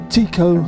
Tico